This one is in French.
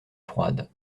froide